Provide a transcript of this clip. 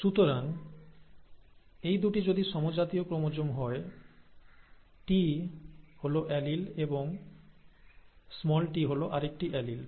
সুতরাং এই দুটি যদি সমজাতীয় ক্রোমোজোম হয় T হল এলিল এবং t হল আরেকটি অ্যালিল